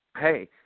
hey